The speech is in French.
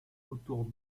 autour